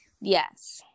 Yes